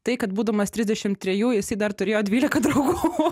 tai kad būdamas trisdešimt trejų jisai dar turėjo dvylika draugų